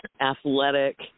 athletic